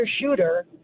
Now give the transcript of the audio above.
shooter